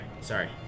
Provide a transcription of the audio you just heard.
Sorry